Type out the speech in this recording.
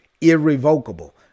Irrevocable